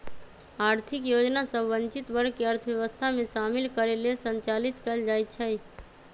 आर्थिक योजना सभ वंचित वर्ग के अर्थव्यवस्था में शामिल करे लेल संचालित कएल जाइ छइ